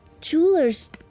jeweler's